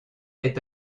est